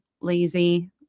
lazy